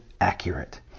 accurate